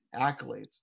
accolades